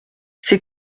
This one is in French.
ces